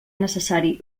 necessari